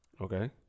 Okay